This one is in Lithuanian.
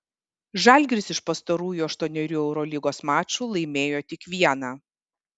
žalgiris iš pastarųjų aštuonerių eurolygos mačų laimėjo tik vieną